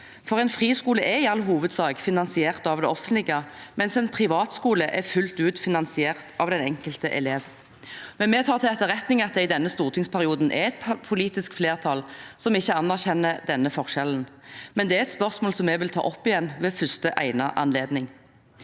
for en friskole er i all hovedsak finansiert av det offentlige, mens en privatskole er fullt ut finansiert av den enkelte elev. Vi tar imidlertid til etterretning at det i denne stortingsperioden er et politisk flertall som ikke anerkjenner denne forskjellen. Det er et spørsmål vi vil ta opp igjen ved første egnede anledning.